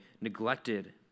neglected